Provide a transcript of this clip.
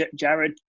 Jared